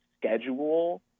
schedule